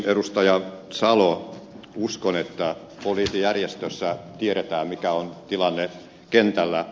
petri salo uskon että poliisijärjestössä tiedetään mikä on tilanne kentällä